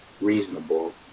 reasonable